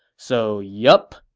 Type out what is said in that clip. so yup,